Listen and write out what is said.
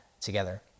together